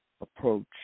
approach